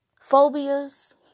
Phobias